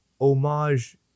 homage